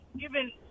given